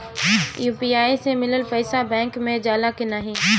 UPI से मिलल पईसा बैंक मे जाला की नाहीं?